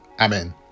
Amen